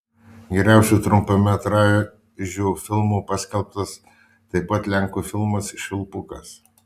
geriausiu trumpametražiu filmu paskelbtas taip pat lenkų filmas švilpukas